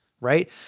right